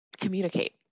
communicate